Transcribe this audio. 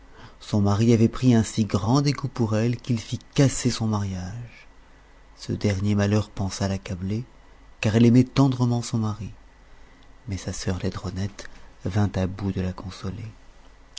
son mari avait pris un si grand dégoût pour elle qu'il fit casser son mariage ce dernier malheur pensa l'accabler car elle aimait tendrement son mari mais sa sœur laidronette vint à bout de la consoler